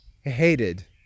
hated